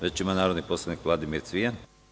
Reč ima narodni poslanik Vladimir Cvijan.